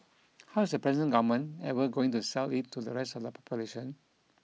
how is the present government ever going to sell it to the rest of the population